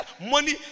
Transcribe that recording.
money